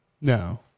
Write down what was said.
No